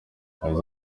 yagize